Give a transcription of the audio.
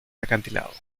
acantilado